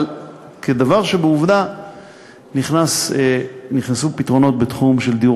אבל כדבר שבעובדה נכנסו פתרונות בתחום של דיור